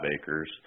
acres